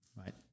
right